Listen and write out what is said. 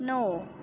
नौ